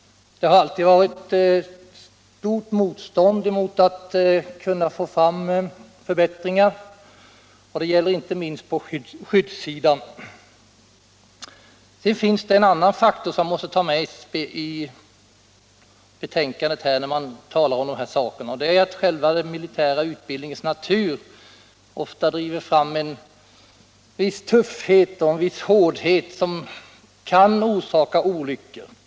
Det har alltid varit stort = motstånd mot att få fram förbättringar, och det gäller inte minst på Om arbetarskyddet skyddssidan. inom försvaret Sedan finns det en annan faktor som man måste ta med i bilden, nämligen att själva den militära utbildningens natur ofta driver fram en viss tuffhet och hårdhet, som kan orsaka olyckor.